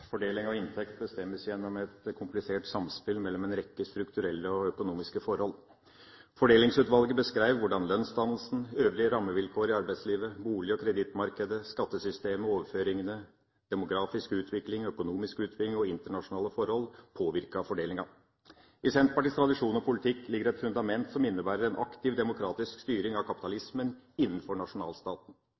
rekke strukturelle og økonomiske forhold. Fordelingsutvalget beskrev hvordan lønnsdannelsen, øvrige rammevilkår i arbeidslivet, bolig- og kredittmarkedet, skattesystemet og overføringene, demografisk utvikling, økonomisk utvikling og internasjonale forhold påvirker fordelingen. I Senterpartiets tradisjon og politikk ligger et fundament som innebærer en aktiv demokratisk styring av kapitalismen innenfor nasjonalstaten.